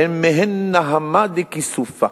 הן מעין "נהמא דכיסופא",